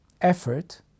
effort